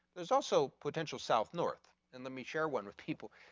there's also potential south north. and let me share one with people.